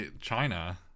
China